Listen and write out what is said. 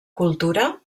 cultura